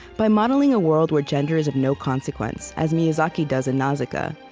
by modeling a world where gender is of no consequence, as miyazaki does in nausicaa,